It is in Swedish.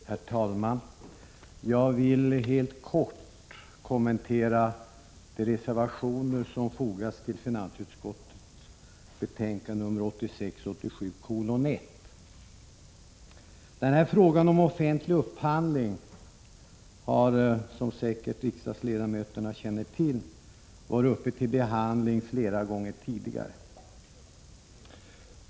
Herr talman! Jag vill helt kort kommentera de reservationer som fogats till finansutskottets betänkande 1986/87:1. Frågan om offentlig upphandling har, som säkert riksdagsledamöterna känner till, varit uppe till behandling flera gånger tidigare.